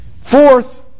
Fourth